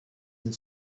and